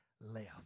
left